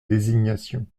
désignation